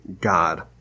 God